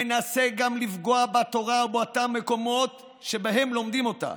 מנסה גם לפגוע בתורה ובאותם מקומות שבהם לומדים אותה.